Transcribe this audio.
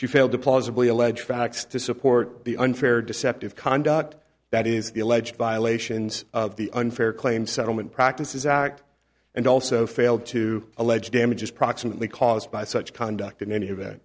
she failed to plausibly allege facts to support the unfair deceptive conduct that is the alleged violations of the unfair claims settlement practices act and also failed to allege damages proximately caused by such conduct in any event